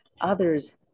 others